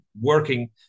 working